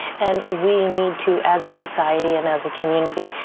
and we need to, as a society and as a community,